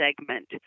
segment